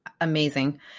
Amazing